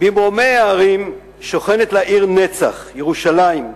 במרומי ההרים שוכנת לה עיר נצח, ירושלים,